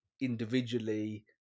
individually